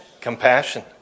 Compassion